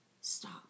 stop